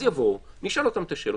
אז יבואו, נשאל אותם את השאלות.